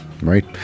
right